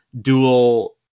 dual